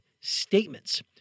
statements